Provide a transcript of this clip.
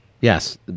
Yes